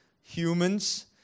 Humans